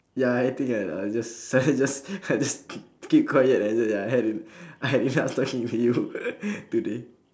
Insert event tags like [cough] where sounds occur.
ya anything I I'll just [laughs] I just I just [laughs] k~ keep quiet until ya I had e~ [breath] I had enough of talking to you [laughs] today